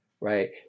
right